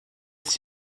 ist